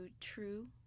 True